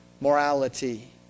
morality